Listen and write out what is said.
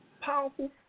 powerful